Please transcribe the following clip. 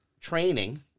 training